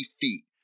feet